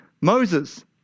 Moses